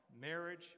marriage